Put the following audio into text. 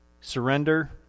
Surrender